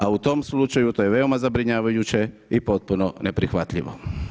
A u tom slučaju to je veoma zabrinjavajuće i potpuno neprihvatljivo.